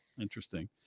interesting